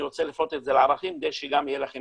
אני רוצה לפרוט את זה לערכים כדי שיהיה לכם